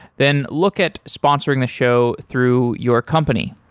then look at sponsoring the show through your company.